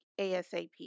ASAP